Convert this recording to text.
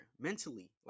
Mentally